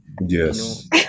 Yes